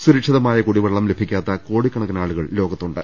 സുരക്ഷിതമായ കുടിവെള്ളം ലഭിക്കാത്ത കോടിക്കണക്കിന് ആളു കൾ ലോകത്തുണ്ട്